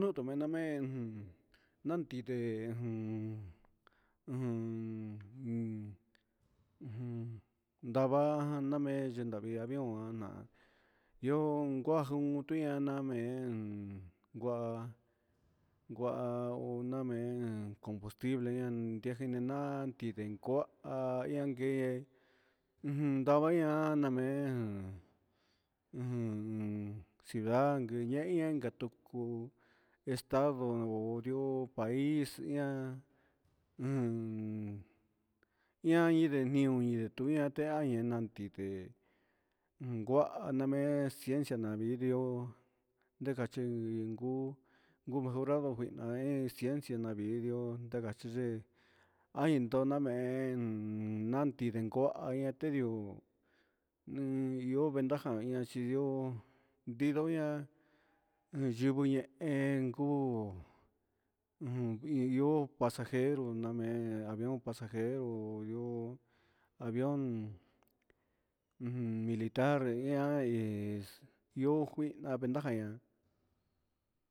Tinamee nandi ndee ujun ujun uun ujun ndava namee genda ndio mee yoo cua gian tian na mee gua guaha cuhu na mee combustible gejeni naan ndi ne coha ian guee ujun ndava ian na mee ujun nda tucu estado o ndioo país ian ian ñe ndi guahan naa mee ciencia namee ndioo na chi guu gugurado huihna guee ciencia navii ndioo na gachi vee ian ndo na naa mee nandi rencuaha ian te ndioo ndioo ventaja ian chi ndioo ndiso ian na yivɨ ñehen guu ujun io pasajero ne mee avión pasajero ndioo avión militar ian io juih na venteja jian